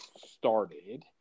started